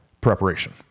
Preparation